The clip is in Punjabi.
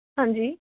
ਹਾਂਜੀ